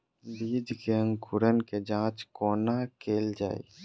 बीज केँ अंकुरण केँ जाँच कोना केल जाइ?